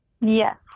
Yes